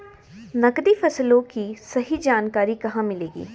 नकदी फसलों की सही जानकारी कहाँ मिलेगी?